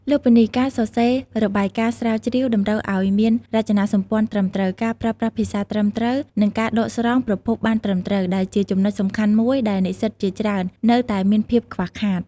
លើសពីនេះ ការសរសេររបាយការណ៍ស្រាវជ្រាវតម្រូវឱ្យមានរចនាសម្ព័ន្ធត្រឹមត្រូវ ការប្រើប្រាស់ភាសាត្រឹមត្រូវ និងការដកស្រង់ប្រភពបានត្រឹមត្រូវ ដែលជាចំណុចសំខាន់មួយដែលនិស្សិតជាច្រើននៅតែមានភាពខ្វះខាត។